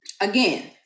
Again